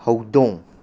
ꯍꯧꯗꯣꯡ